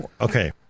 Okay